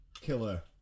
Killer